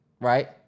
right